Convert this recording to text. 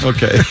Okay